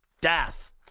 death